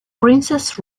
princess